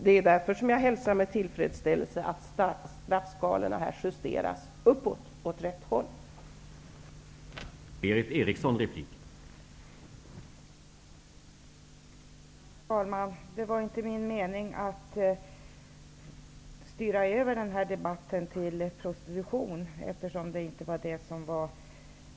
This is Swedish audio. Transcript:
Det är därför jag hälsar det faktum att straffskalorna justeras uppåt med tillfredsställelse.